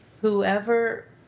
Whoever